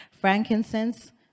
Frankincense